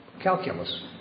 Calculus